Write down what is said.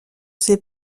ses